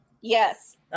Yes